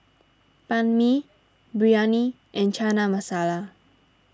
Banh Mi Biryani and Chana Masala